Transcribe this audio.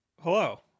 Hello